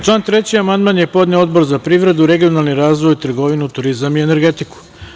Na član 3. amandman je podneo Odbor za privredu, regionalni razvoj, trgovinu, turizam i energetiku.